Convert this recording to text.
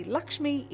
Lakshmi